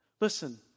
Listen